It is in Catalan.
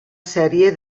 sèrie